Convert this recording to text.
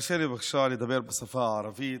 תרשה לי בבקשה לדבר בשפה הערבית,